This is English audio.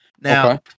Now